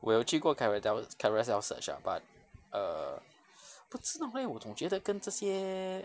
我有去过 carous~ carousell search ah but err 不知道 leh 我总觉得跟这些